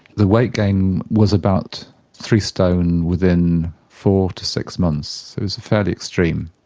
the weight gain was about three stone within four to six months. it was fairly extreme.